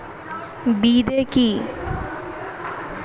বিদে কি?